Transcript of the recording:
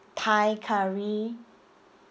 thai curry